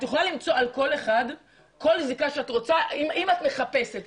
את יכולה למצוא על כל אחד כל זיקה שאת רוצה אם את מחפשת.